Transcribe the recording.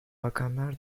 bakanlar